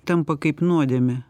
tampa kaip nuodėmė